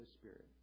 Spirit